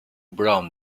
brown